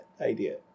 idea